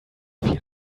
feel